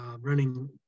running